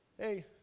hey